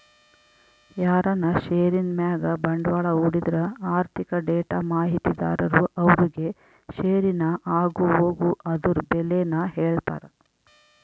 ಯಾರನ ಷೇರಿನ್ ಮ್ಯಾಗ ಬಂಡ್ವಾಳ ಹೂಡಿದ್ರ ಆರ್ಥಿಕ ಡೇಟಾ ಮಾಹಿತಿದಾರರು ಅವ್ರುಗೆ ಷೇರಿನ ಆಗುಹೋಗು ಅದುರ್ ಬೆಲೇನ ಹೇಳ್ತಾರ